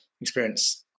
experience